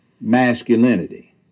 masculinity